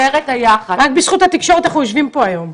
רק בזכות התקשורת אנחנו יושבים פה היום.